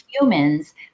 humans